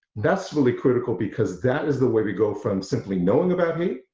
that's really critical because that is the way we go from simply knowing about hate,